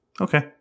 okay